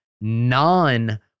non